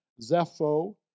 Zepho